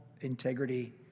integrity